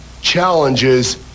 challenges